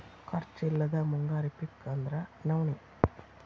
ಖರ್ಚ್ ಇಲ್ಲದ ಮುಂಗಾರಿ ಪಿಕ್ ಅಂದ್ರ ನವ್ಣಿ